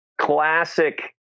classic